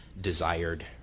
desired